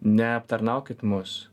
neaptarnaukit mus